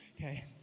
Okay